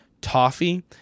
toffee